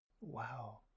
Wow